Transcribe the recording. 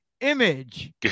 Image